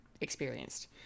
experienced